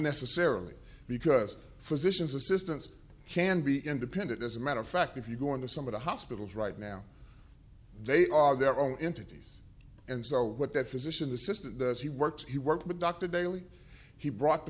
necessarily because physicians assistants can be independent as a matter of fact if you go into some of the hospitals right now they are their own entity s and so what that physician assistant that he worked he worked with dr daley he brought